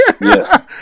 Yes